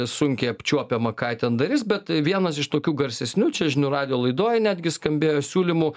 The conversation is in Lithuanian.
sunkiai apčiuopiama ką jie ten darys bet vienas iš tokių garsesnių čia žinių radijo laidoj netgi skambėjo siūlymų